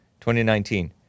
2019